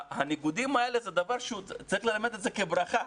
הניגודים האלה זה דבר שצריך ללמד את זה כברכה,